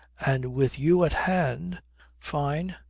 and with you at hand fyne,